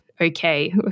Okay